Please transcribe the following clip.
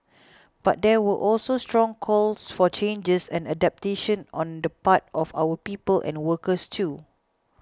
but there were also strong calls for changes and adaptation on the part of our people and workers too